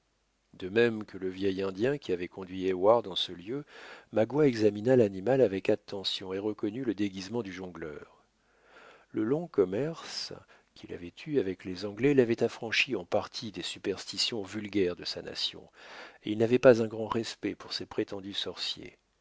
de même que le vieil indien qui avait conduit heyward en ce lieu magua examina l'animal avec attention et reconnut le déguisement du jongleur le long commerce qu'il avait eu avec les anglais l'avait affranchi en partie des superstitions vulgaires de sa nation et il n'avait pas un grand respect pour ses prétendus sorciers